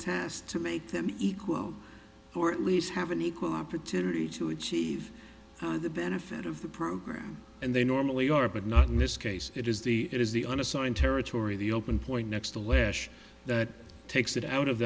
tests to make them equal or at least have an equal opportunity to achieve the benefit of the program and they normally are but not in this case it is the it is the unassigned territory the open point next to last that takes it out of